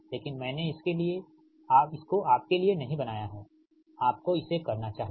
लेकिन मैंने इसे आपके लिए नहीं बनाया है आपको इसे करना चाहिए